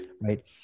right